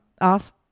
off